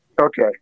Okay